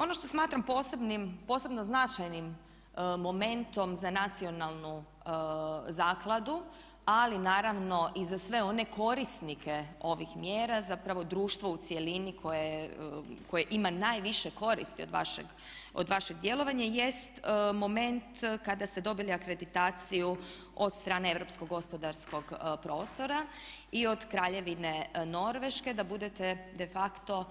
Ono što smatram posebno značajnim momentom za Nacionalnu zakladu, ali naravno i za sve one korisnike ovih mjera, zapravo društvo u cjelini koje ima najviše koristi od vašeg djelovanja jest moment kada ste dobili akreditaciju od strane Europskog gospodarskog prostora i od Kraljevine Norveške da budete de facto